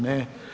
Ne.